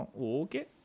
Okay